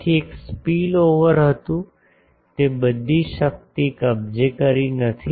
તેથી એક સ્પીલઓવર હતું કે બધી શક્તિ કબજે કરી નથી